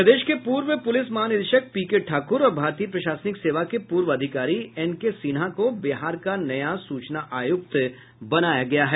प्रदेश के पूर्व पुलिस महानिदेशक पीके ठाकुर और भारतीय प्रशासनिक सेवा के पूर्व अधिकारी एनके सिन्हा को बिहार का नया सूचना आयुक्त बनाया गया है